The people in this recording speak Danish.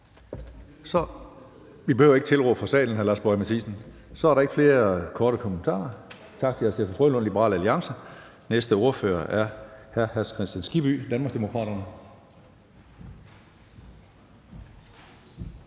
Vi behøver ikke tilråb fra salen, hr. Lars Boje Mathiesen. Så er der ikke flere korte bemærkninger. Tak til hr. Steffen W. Frølund fra Liberal Alliance. Den næste ordfører er hr. Hans Kristian Skibby, Danmarksdemokraterne.